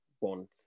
want